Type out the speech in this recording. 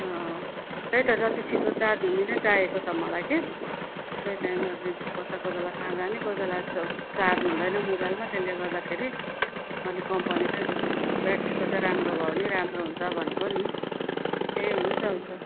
अँ त्यही त जति छिट्टो चार्ज हुने नै चाहिएको छ मलाई कि त्यही त एमरेन्सी पर्छ कोही बेला कहाँ जाने कोही बेला चार्ज हुँदैन मोबाइलमा त्यसले गर्दाखेरि अलिक कम्पनी चाहिँ ब्याट्रीको चाहिँ राम्रो भयो भने राम्रो हुन्छ भनेको नि ए हुन्छ हुन्छ